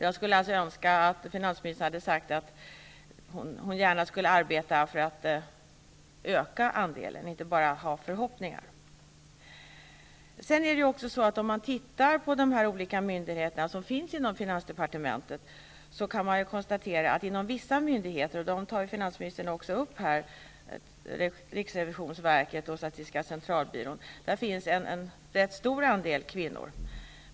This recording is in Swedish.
Jag skulle alltså önska att finansministern hade sagt att hon gärna skulle arbeta för att öka andelen, inte bara att hon har förhoppningar om att den skall öka. Man kan konstatera att det inom vissa av myndigheterna inom finansdepartementets ansvarsområde -- som finansministern också tar upp i svaret, nämligen riksrevisionsverket och statistiska centralbyrån -- finns en rätt stor andel kvinnor.